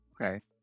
okay